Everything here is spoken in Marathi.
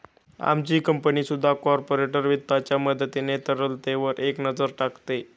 आमची कंपनी सुद्धा कॉर्पोरेट वित्ताच्या मदतीने तरलतेवर एक नजर टाकते